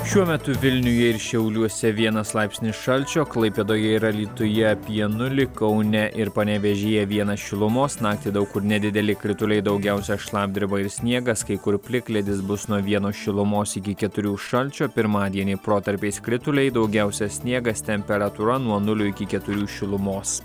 šiuo metu vilniuje ir šiauliuose vienas laipsnį šalčio klaipėdoje ir alytuje apie nulį kaune ir panevėžyje vienas šilumos naktį daug kur nedideli krituliai daugiausia šlapdriba ir sniegas kai kur plikledis bus nuo vieno šilumos iki keturių šalčio pirmadienį protarpiais krituliai daugiausia sniegas temperatūra nuo nulio iki keturių šilumos